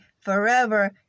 forever